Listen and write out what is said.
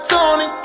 Tony